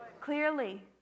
Clearly